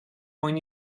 mwyn